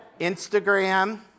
Instagram